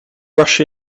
rush